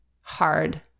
hard